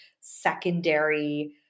secondary